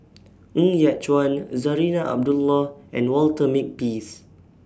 Ng Yat Chuan Zarinah Abdullah and Walter Makepeace